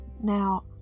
Now